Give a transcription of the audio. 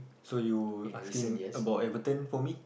so you asking about Everton for me